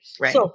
Right